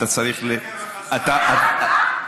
אתה צריך, שקר וכזב.